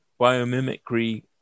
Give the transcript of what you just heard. biomimicry